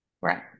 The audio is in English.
Right